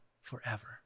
Forever